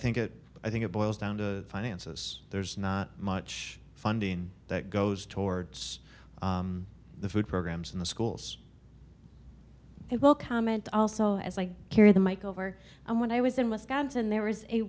think it i think it boils down to finances there's not much funding that goes towards the food programs in the schools he will comment also as i carry the mike over and when i was in wisconsin there was a